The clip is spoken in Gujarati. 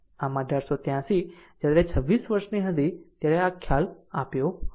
આમ 1883 જ્યારે તે 26 વર્ષની હતી ત્યારે આ ખ્યાલ આપ્યો હતો